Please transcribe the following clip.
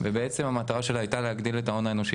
ובעצם המטרה שלה הייתה להגדיל את ההון האנושי